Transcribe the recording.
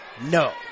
No